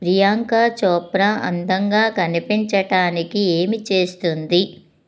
ప్రియాంక చోప్రా అందంగా కనిపించటానికి ఏమి చేస్తుంది